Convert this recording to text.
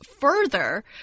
further